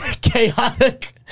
chaotic